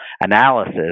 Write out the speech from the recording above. analysis